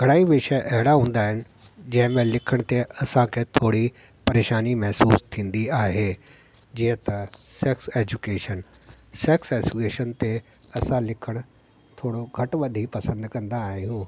घणाई विषय अहिड़ा हूंदा आहिनि जंहिं में लिखण ते असांखे थोरी परेशानी महसूसु थींदी आहे जीअं त सेक्स एजुकेशन सेक्स एजुकेशन ते असां लिखणु थोरो घटि वधि ई पसंदि कंदा आहियूं